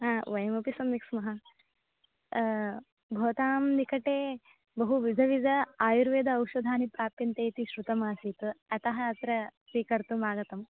हा वयमपि सम्यक् स्मः भवतां निकटे बहुविध विध आयुर्वेद औषधानि प्राप्यन्ते इति श्रुतमासीत् अतः अत्र स्वीकर्तुं आगतम्